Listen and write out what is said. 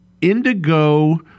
Indigo